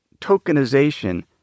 tokenization